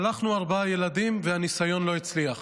שלחנו ארבעה ילדים, והניסיון לא הצליח.